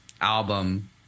album